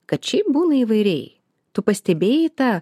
kad šiaip būna įvairiai tu pastebėjai tą